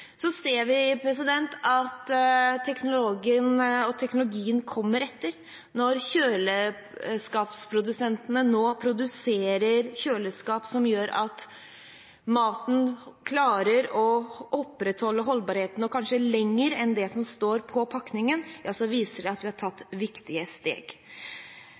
Vi ser at teknologene og teknologien kommer etter. Når kjøleskapsprodusentene nå produserer kjøleskap som gjør at holdbarheten på mat opprettholdes – og kanskje varer lenger enn det som står på pakningen – viser det at man har tatt viktige steg.